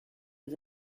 nos